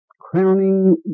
crowning